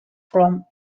from